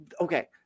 okay